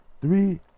Three